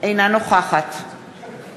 אינה נוכחת חברי הכנסת,